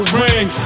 ring